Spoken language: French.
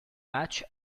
matchs